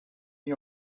mis